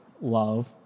love